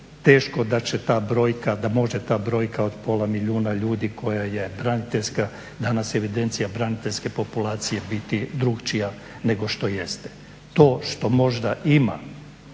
teško da će ta brojka, da može ta brojka od pola milijuna ljudi koja je braniteljska, danas evidencija braniteljske populacije biti drukčija nego što jeste. To što možda ima